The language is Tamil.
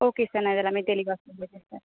ஓகே சார் நான் இது எல்லாமே தெளிவாக சொல்லிடுறேன் சார்